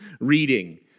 reading